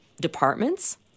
departments